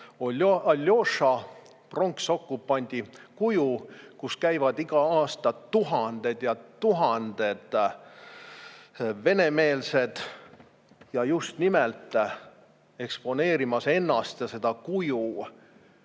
Aljoša pronksokupandi kuju, kus käivad iga aasta tuhanded ja tuhanded venemeelsed, just nimelt eksponeerimas ennast ja seda kuju